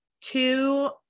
two